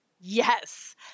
Yes